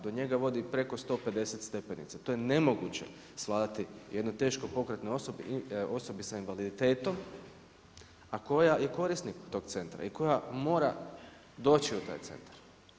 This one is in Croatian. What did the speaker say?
Do njega vodi preko 150 stepenica, to je nemoguće svladati jednoj teško pokretnoj osobi, osobi s invaliditetom, a koja je korisnik tog centra i koja mora doći u taj centar.